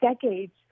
decades